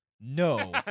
no